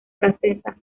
francesa